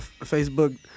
Facebook